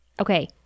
Okay